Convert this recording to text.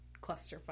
clusterfuck